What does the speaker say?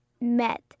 met